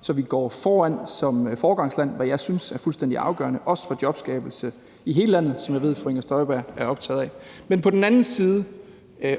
så vi går foran som foregangsland, hvad jeg synes er fuldstændig afgørende, også for jobskabelse i hele landet, hvilket jeg ved fru Inger Støjberg er optaget af, men på den anden side